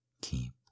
Keep